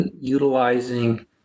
utilizing